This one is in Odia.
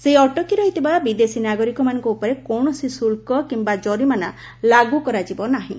ସେହି ଅଟକି ରହିଥିବା ବିଦେଶୀ ନାଗରିକମାନଙ୍କ ଉପରେ କୌଣସି ଶୁଳ୍କ କିମ୍ବା କୋରିମାନା ଲାଗୁ କରାଯିବ ନାହିଁ